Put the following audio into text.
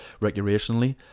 recreationally